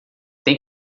tem